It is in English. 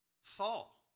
Saul